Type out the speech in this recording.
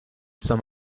some